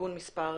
(תיקון מס'